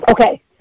Okay